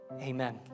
Amen